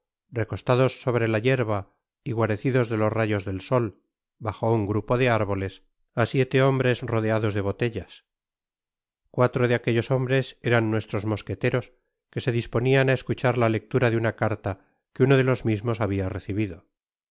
recostados sobre la yerba y guarecidos de los rayos del sol bajo un grupo de árboles á siete hombres rodeados de botellas cuatro de aquellos hombres eran nuestros mosqueteros que se disponian á escuchar la lectura de nna carta que uno de los mismos habia recibido